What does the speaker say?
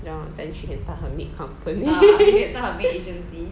ya then she can start her maid company